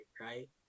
Right